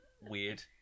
weird